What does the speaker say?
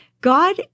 God